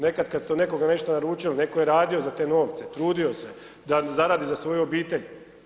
Nekad kad ste od nekoga nešto naručili, netko je radio za te novce, trudio se da zaradi za svoju obitelj.